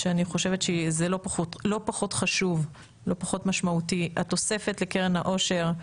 ואני חושבת שזה לא פחות חשוב ומשמעותי התוספת לקרן העושר.